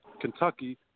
Kentucky